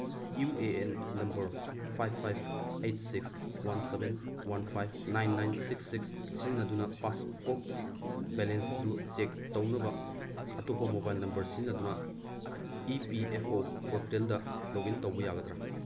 U A N number five five eight six one seven one five nine nine six six ꯁꯤꯖꯤꯟꯅꯗꯨꯅ passbook balance ꯑꯗꯨ check ꯇꯧꯅꯕ ꯑꯇꯣꯞꯄ mobile number ꯁꯤꯖꯤꯟꯅꯗꯨꯅ E P F O ꯄꯣꯔꯇꯦꯜꯗ log in ꯇꯧꯕ ꯌꯥꯒꯗ꯭ꯔꯥ